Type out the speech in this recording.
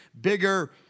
bigger